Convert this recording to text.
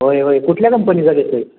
होय होय कुठल्या कंपनीचा घेतो आहे